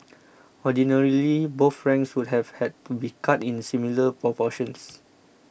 ordinarily both ranks would have had to be cut in similar proportions